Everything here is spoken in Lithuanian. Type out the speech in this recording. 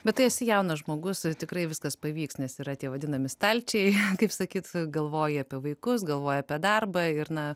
bet tai esi jaunas žmogus ir tikrai viskas pavyks nes yra tie vadinami stalčiai kaip sakyt galvoji apie vaikus galvoji apie darbą ir na